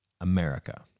America